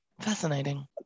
fascinating